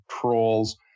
trolls